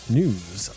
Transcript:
news